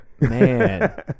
Man